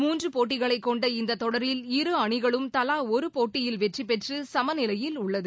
மூன்று போட்டிகளை கொண்ட இந்த தொடரில் இரு அணிகளும் தவா ஒரு போட்டியில் வெற்றி பெற்று சமநிலையில் உள்ளது